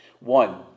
One